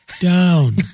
down